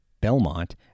Belmont